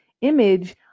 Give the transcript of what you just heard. image